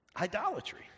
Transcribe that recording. idolatry